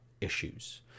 issues